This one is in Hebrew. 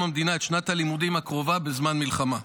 המדינה את שנת הלימודים הקרובה בזמן מלחמה.